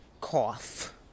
Cough